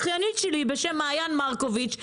אחיינית שלי בשם מעיין מרקוביץ',